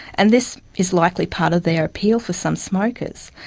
and this is likely part of their appeal for some smokers.